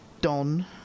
Don